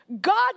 God